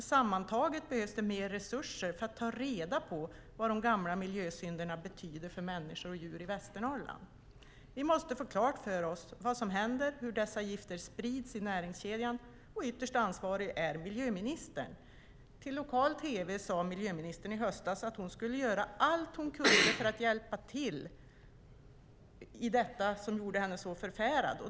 Sammantaget behövs det mer resurser för att ta reda på vad de gamla miljösynderna betyder för människor och djur i Västernorrland. Vi måste få klart för oss vad som händer och hur dessa gifter sprids i näringskedjan, och ytterst ansvarig är miljöministern. Till lokal tv sade miljöministern i höstas att hon skulle göra allt hon kunde för att hjälpa till då detta gjorde henne så förfärad.